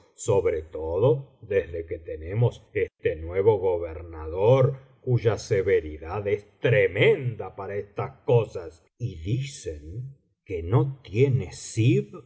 sobre todo desde que tenemos este nuevo gobernador cuya severidad es tremenda para estas cosas y dicen que no tiene